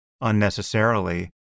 unnecessarily